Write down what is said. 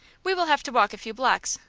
we will have to walk a few blocks,